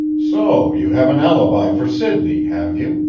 so you have an alibi for sidney, have you?